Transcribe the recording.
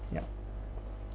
yeap